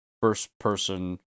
first-person